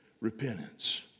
repentance